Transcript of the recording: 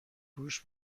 پوش